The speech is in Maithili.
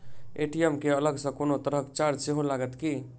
ए.टी.एम केँ अलग सँ कोनो तरहक चार्ज सेहो लागत की?